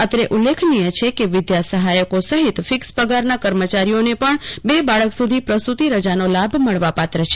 અત્રે ઉલ્લેખનીય છે કે વિદ્યાસહાયકો સહિત ફિકસ પગારના કર્મચારીઓને પણ બે બાળક સુધી પ્રસુતિ રજાનો લાભ મળવાપાત્ર છે